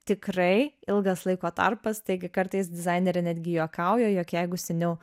tikrai ilgas laiko tarpas taigi kartais dizainerė netgi juokauja jog jeigu seniau